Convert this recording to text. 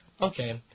Okay